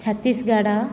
Chhattisgarh